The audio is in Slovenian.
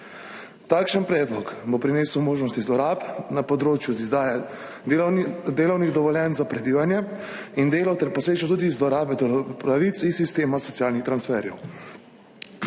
Takšen predlog bo prinesel možnosti zlorab na področju izdaje delovnih dovoljenj za prebivanje in delo ter posledično tudi zlorabe pravic iz sistema socialnih transferjev.